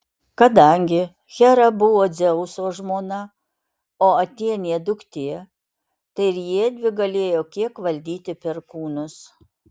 kadangi hera buvo dzeuso žmona o atėnė duktė tai ir jiedvi galėjo kiek valdyti perkūnus